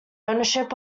ownership